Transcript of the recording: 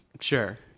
Sure